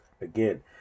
Again